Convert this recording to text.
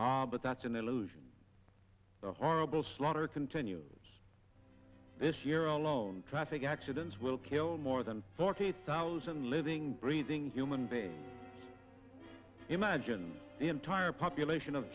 ah but that's an illusion the horrible slaughter continues this year alone traffic accidents will kill more than forty thousand living breathing human being imagine the entire population of